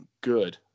good